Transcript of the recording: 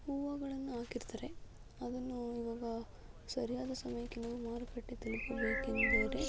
ಹೂವುಗಳನ್ನು ಹಾಕಿರ್ತಾರೆ ಅದನ್ನು ಈವಾಗ ಸರಿಯಾದ ಸಮಯಕ್ಕೆ ನಾವು ಮಾರುಕಟ್ಟೆ ತಲುಪಬೇಕೆಂದರೆ